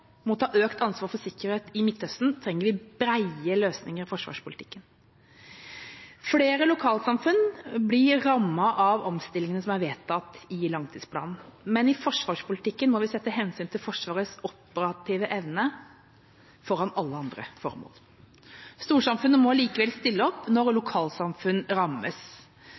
må håndtere uforutsigbarhet og opprustning fra øst og motta økt ansvar for sikkerhet i Midtøsten, trenger vi brede løsninger i forsvarspolitikken. Flere lokalsamfunn blir rammet av omstillingene som er vedtatt i langtidsplanen, men i forsvarspolitikken må vi sette hensynet til Forsvarets operative evne foran alle andre formål. Storsamfunnet må likevel stille opp når lokalsamfunn